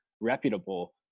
reputable